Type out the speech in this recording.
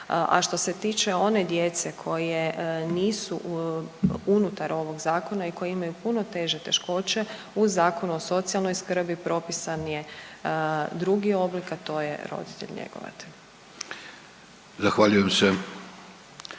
A što se tiče one djece koje nisu unutar ovog Zakona i koje imaju puno teže teškoće u Zakonu o socijalnoj skrbi propisan je drugi oblik, a to je roditelj-njegovatelj.